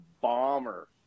bomber